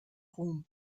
ruhm